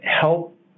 help